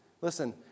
Listen